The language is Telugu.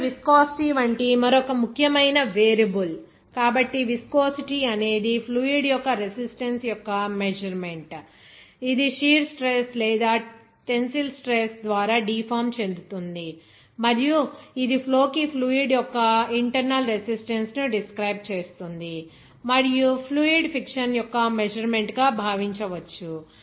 ఇప్పుడు విస్కోసిటీ వంటి మరొక ముఖ్యమైన వేరియబుల్ కాబట్టి విస్కోసిటీ అనేది ఫ్లూయిడ్ యొక్క రెసిస్టన్స్ యొక్క మెజర్మెంట్ ఇది షీర్ స్ట్రెస్ లేదా టెన్సిల్ స్ట్రెస్ ద్వారా డీఫామ్ చెందుతుంది మరియు ఇది ఫ్లో కి ఫ్లూయిడ్ యొక్క ఇంటర్నల్ రెసిస్టన్స్ ను డిస్క్రైబ్ చేస్తుంది మరియు ఫ్లూయిడ్ ఫిక్షన్ యొక్క మెజర్మెంట్ గా భావించవచ్చు